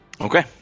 Okay